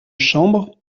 chambre